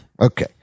Okay